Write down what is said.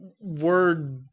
Word